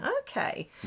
Okay